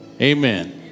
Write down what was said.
Amen